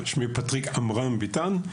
שמי פטריק עמרם ביתן.